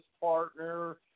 partner